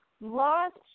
lost